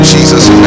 Jesus